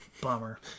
Bummer